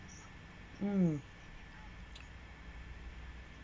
mm